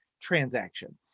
transaction